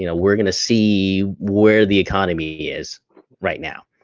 you know we're gonna see where the economy is right now.